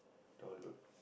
download